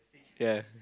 ya